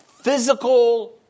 physical